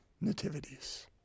nativities